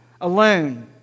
alone